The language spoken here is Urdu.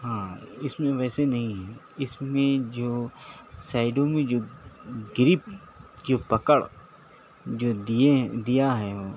ہاں اِس میں ویسے نہیں ہے اِس میں جو سائڈوں میں جو گرپ جو پکڑ جو دیے دیا ہے وہ